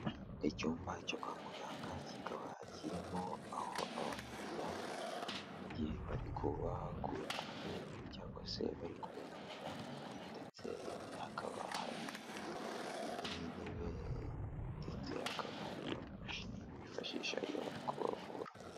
Icyumba cyo kwa muganga kikaba kirimo aho abantu baryama igihe bari kubakura amenyo cyangwa se bari kubavura ndetse hakaba hari n'intebe ndetse hakaba hariyo imashini bifashisha iyo bari kubavura.